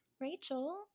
Rachel